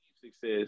success